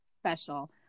Special